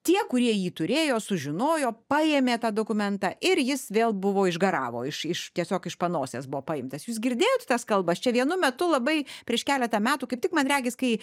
tie kurie jį turėjo sužinojo paėmė tą dokumentą ir jis vėl buvo išgaravo iš iš tiesiog iš panosės buvo paimtas jūs girdėjot tas kalbas čia vienu metu labai prieš keletą metų kaip tik man regis kai